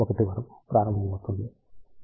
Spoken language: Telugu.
551 వరకు ప్రారంభమవుతుంది